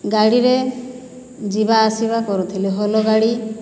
ଗାଡ଼ିରେ ଯିବା ଆସିବା କରୁଥିଲେ ହଳ ଗାଡ଼ି